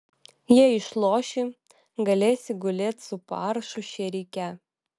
jei išloši galėsi gulėt su paršų šėrike